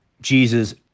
jesus